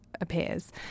appears